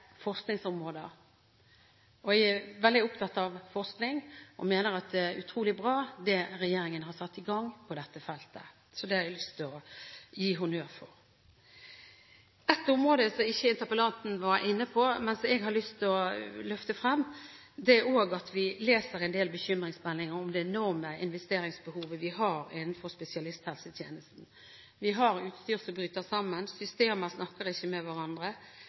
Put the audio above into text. forskningsområder. Jeg er veldig opptatt av forskning og mener at det er utrolig bra, det regjeringen har satt i gang på dette feltet, så det har jeg lyst til å gi honnør for. Ett område som interpellanten ikke var inne på, men som jeg har lyst til å løfte frem, er at vi leser en del bekymringsmeldinger om det enorme investeringsbehovet vi har innenfor spesialisthelsetjenesten. Vi har utstyr som bryter sammen, systemer som ikke snakker med hverandre,